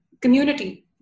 community